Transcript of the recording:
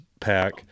Pack